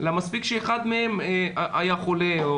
מספיק שאחד מהם היה חולה.